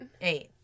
eight